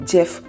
Jeff